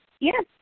Yes